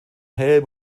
helm